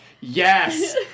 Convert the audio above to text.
yes